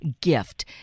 gift